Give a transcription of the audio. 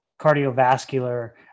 cardiovascular